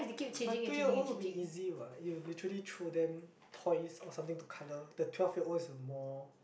but two year old will be easy what you literally throw them toys or something to colour the twelve years old is a more